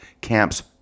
Camp's